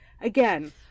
again